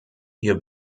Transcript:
ihr